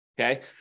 okay